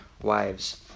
wives